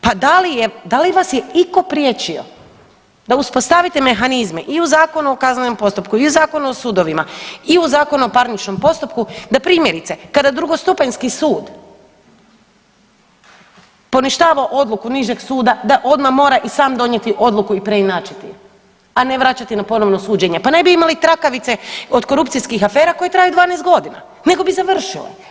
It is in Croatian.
Pa da vas je itko priječio da uspostavite mehanizme i u Zakonu o kaznenom postupku i u Zakonu o sudovima i u Zakonu o parničnom postupku da primjerice kada drugostupanjski sud poništava odluku nižeg suda da odmah mora i sam donijeti odluku i preinačiti, a ne vraćati na ponovno suđenje, pa ne bi imali trakavice od korupcijskih afera koje traju 12.g. nego bi završile.